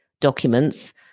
documents